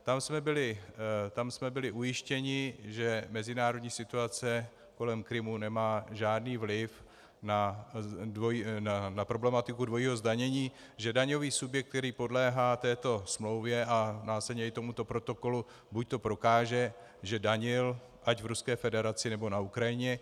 Tam jsme byli ujištěni, že mezinárodní situace kolem Krymu nemá žádný vliv na problematiku dvojího zdanění, že daňový subjekt, který podléhá této smlouvě a následně i tomuto protokolu, buďto prokáže, že danil ať v Ruské federaci, nebo na Ukrajině.